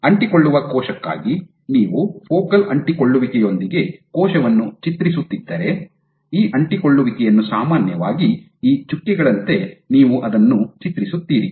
ಅಂಟಿಕೊಳ್ಳುವ ಕೋಶಕ್ಕಾಗಿ ನೀವು ಫೋಕಲ್ ಅಂಟಿಕೊಳ್ಳುವಿಕೆಯೊಂದಿಗೆ ಕೋಶವನ್ನು ಚಿತ್ರಿಸುತ್ತಿದ್ದರೆ ಈ ಅಂಟಿಕೊಳ್ಳುವಿಕೆಯನ್ನು ಸಾಮಾನ್ಯವಾಗಿ ಈ ಚುಕ್ಕೆಗಳಂತೆ ನೀವು ಅದನ್ನು ಚಿತ್ರಿಸುತ್ತೀರಿ